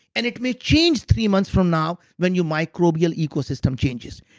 and it may change three months from now when your microbial ecosystem changes.